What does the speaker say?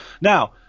Now